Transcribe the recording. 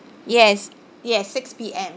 yes yes six P_M